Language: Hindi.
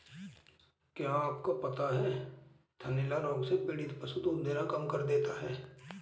क्या आपको पता है थनैला रोग से पीड़ित पशु दूध देना कम कर देता है?